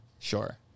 Sure